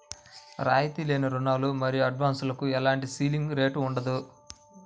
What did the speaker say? రాయితీ లేని రుణాలు మరియు అడ్వాన్సులకు ఎలాంటి సీలింగ్ రేటు ఉండదు